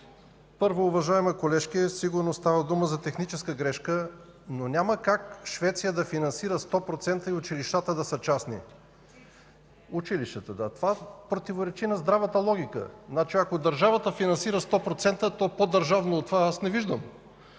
Първо, уважаема колежке, сигурно става дума за техническа грешка. Няма как Швеция да финансира 100% частните училища. Това противоречи на здравата логика. Ако държавата финансира 100%, то по-държавно от това училище аз не виждам.